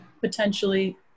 potentially